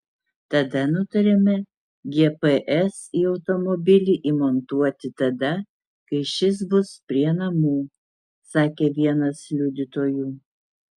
tada nutarėme gps į automobilį įmontuoti tada kai šis bus prie namų sakė vienas liudytojų